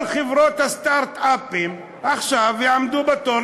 כל חברות הסטרט-אפ יעמדו עכשיו בתור